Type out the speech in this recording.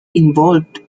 involved